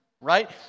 Right